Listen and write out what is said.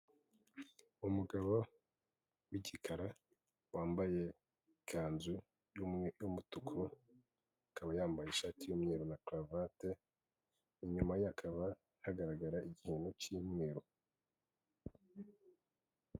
Umugabo w'igikara wambaye ikanzu y'umutuku, akaba yambaye ishati y'umweru na karavate, inyuma ye hakaba hagaragara ikintu cy'umweru.